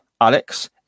Alex